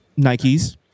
Nikes